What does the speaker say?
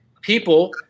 People